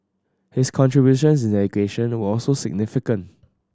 his contributions in education were also significant